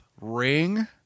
ring